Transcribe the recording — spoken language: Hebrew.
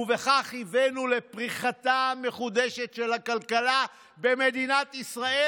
ובכך הבאנו לפריחתה המחודשת של הכלכלה במדינת ישראל,